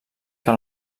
que